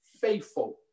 faithful